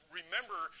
remember